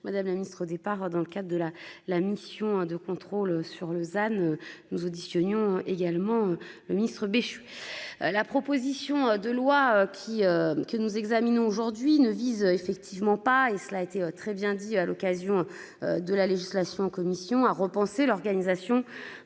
madame la Ministre, départ dans le cadre de la la mission de contrôle sur Lausanne. Nous. Ont également le ministre-Béchu. La proposition de loi qui. Que nous examinons aujourd'hui ne vise effectivement pas et cela a été très bien dit à l'occasion. De la législation en commission à repenser l'organisation dans